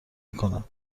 میکنم